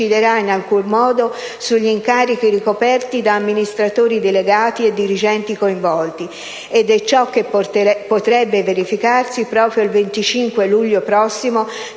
in alcun modo sugli incarichi ricoperti da amministratori delegati e dirigenti coinvolti, ed è ciò che potrebbe verificarsi proprio il 25 luglio prossimo